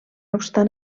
obstant